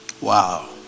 Wow